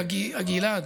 גלעד,